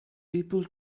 people